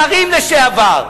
שרים לשעבר,